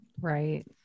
Right